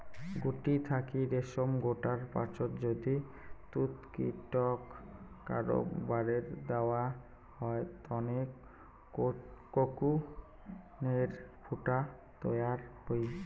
গুটি থাকি রেশম গোটার পাচত যদি তুতকীটক আরও বারের দ্যাওয়া হয় তানে কোকুনের ফুটা তৈয়ার হই